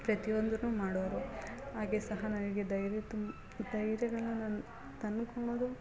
ಪ್ರತಿಯೊಂದೂ ಮಾಡೋವ್ರು ಹಾಗೇ ಸಹ ನನಗೆ ಧೈರ್ಯ ತುಂಬ ಧೈರ್ಯ ತಂದ್ಕೊಳೋದು